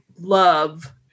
love